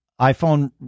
iPhone